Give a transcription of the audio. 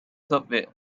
subway